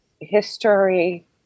history